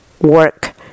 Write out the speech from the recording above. work